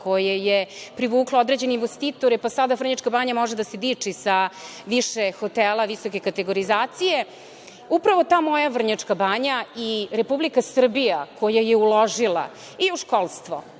koje je privuklo određene investitore, pa sada Vrnjačka Banja može da se diči sa više hotela visoke kategorizacije. Upravo ta moja Vrnjačka Banja i Republika Srbija, koja je uložila i u školstvo